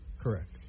Correct